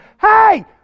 hey